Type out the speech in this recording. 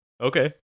okay